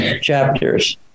chapters